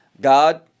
god